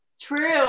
True